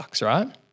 right